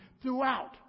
throughout